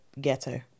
ghetto